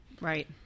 Right